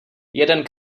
jeden